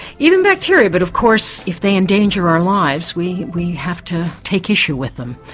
even bacteria, but of course if they endanger our lives we we have to take issue with them.